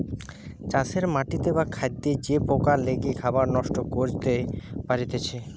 চাষের মাটিতে বা খাদ্যে যে পোকা লেগে খাবার নষ্ট করতে পারতিছে